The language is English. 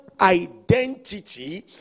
identity